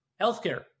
Healthcare